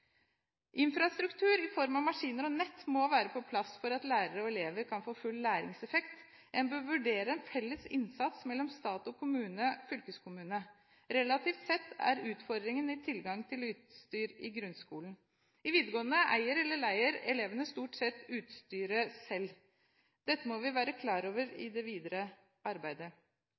Infrastruktur i form av maskiner og nett må være på plass for at lærere og elever kan få full læringseffekt. En bør vurdere en felles innsats av stat, kommune og fylkeskommune. Relativt sett er utfordringen tilgang til utstyr i grunnskolen. I videregående skole eier eller leier elevene stort sett utstyret selv. Dette må vi være klar over i det videre arbeidet.